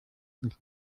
nicht